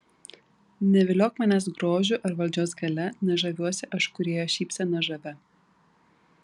neviliok manęs grožiu ar valdžios galia nes žaviuosi aš kūrėjo šypsena žavia